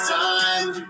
time